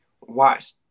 watch